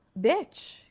bitch